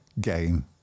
game